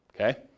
okay